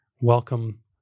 welcome